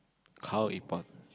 how important